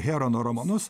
herono romanus